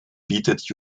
bietet